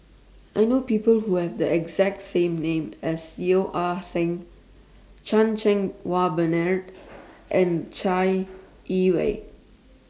I know People Who Have The exact name as Yeo Ah Seng Chan Cheng Wah Bernard and Chai Yee Wei